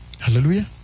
Hallelujah